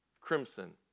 crimson